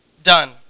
done